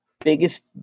biggest